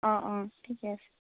অঁ অঁ ঠিকে আছে